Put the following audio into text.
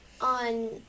on